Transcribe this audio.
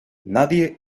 nadie